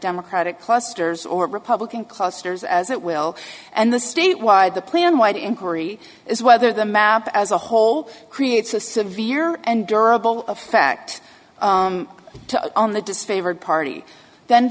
demo credit clusters or republican clusters as it will and the state why the plan would inquiry is whether the map as a whole creates a severe and durable effect to on the disfavored party then